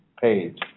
page